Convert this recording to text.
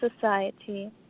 society